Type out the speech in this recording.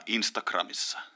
Instagramissa